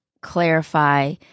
clarify